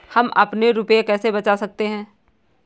हम अपने रुपये कैसे बचा सकते हैं?